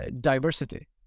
diversity